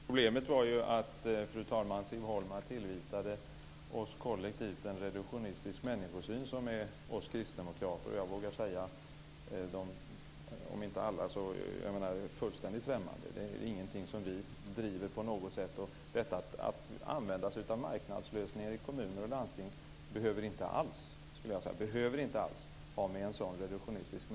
Fru talman! Problemet var att Siw Holma tillvitade oss kollektivt en reduktionistisk människosyn som är oss kristdemokrater - alla vågar jag nästa säga - fullständigt främmande. Det är inte något som vi driver på något sätt. Detta att använda sig av marknadslösningar i kommuner och landsting behöver inte alls ha med en sådan reduktionistisk människosyn att göra.